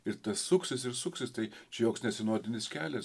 ir tas suksis ir suksis tai čia joks ne sinodinis kelias